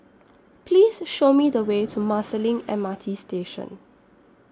Please Show Me The Way to Marsiling M R T Station